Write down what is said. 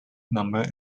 number